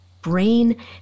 brain